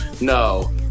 no